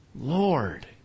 lord